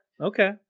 okay